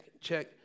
check